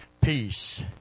peace